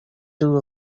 two